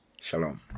Shalom